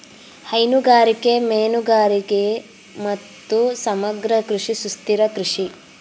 ಹೈನುಗಾರಿಕೆ, ಮೇನುಗಾರಿಗೆ ಮತ್ತು ಸಮಗ್ರ ಕೃಷಿ ಸುಸ್ಥಿರ ಕೃಷಿ